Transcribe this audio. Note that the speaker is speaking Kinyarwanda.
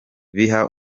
biha